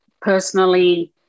personally